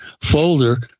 folder